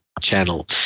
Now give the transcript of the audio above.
channel